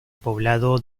poblado